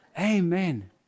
Amen